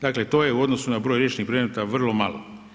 Dakle, to je u odnosu na broj riješenih predmeta vrlo malo.